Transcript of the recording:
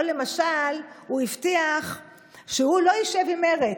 או למשל, הוא הבטיח שהוא לא ישב עם מרצ.